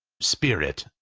spirit,